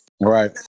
Right